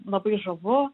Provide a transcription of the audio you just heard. labai žavu